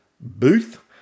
booth